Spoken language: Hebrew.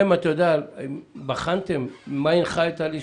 המצב הנוכחי לא הביא